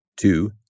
Two